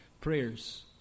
prayers